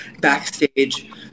backstage